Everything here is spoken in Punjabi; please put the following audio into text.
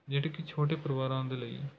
ਜਿਹੜੇ ਕਿ ਛੋਟੇ ਪਰਿਵਾਰਾਂ ਦੇ ਲਈ